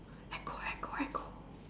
echo echo echo